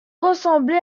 ressemblez